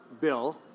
bill